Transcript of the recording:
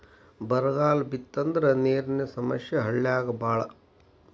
ಬರಗಾಲ ಬಿತ್ತಂದ್ರ ನೇರಿನ ಸಮಸ್ಯೆ ಹಳ್ಳ್ಯಾಗ ಬಾಳ